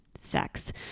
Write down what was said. sex